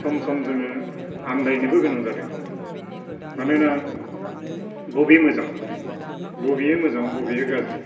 सम सम जोङो आनदायनोबो गोनां जादों मानोना बबे मोजां बबेयो मोजां बबेयो गाज्रि